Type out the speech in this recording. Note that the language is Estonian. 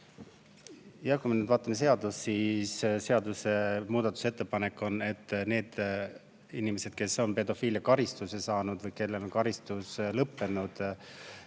Kui me nüüd vaatame seadust, siis seaduse muutmise ettepanek on, et need inimesed, kes on pedofiiliakaristuse saanud ja kellel on karistus [kantud],